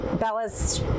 Bella's